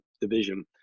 division